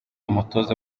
umutoza